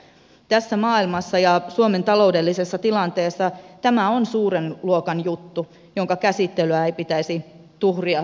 tässä maailmassa ja suomen taloudellisessa tilanteessa tämä on suuren luokan juttu jonka käsittelyä ei pitäisi tuhria riitelyyn